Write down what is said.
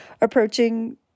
approaching